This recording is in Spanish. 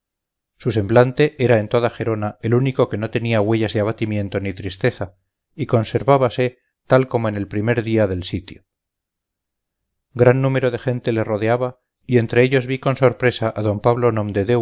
su semblante era en toda gerona el único que no tenía huellas de abatimiento ni tristeza y conservábase tal como en el primer día del sitio gran número de gente le rodeaba y entre ellos vi con sorpresa a d pablo